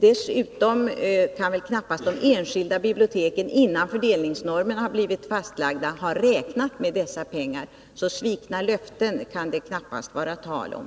Dessutom kan väl knappast de enskilda biblioteken innan fördelningsnormerna blivit fastlagda ha räknat med dessa pengar. Så svikna löften kan det knappast vara tal om.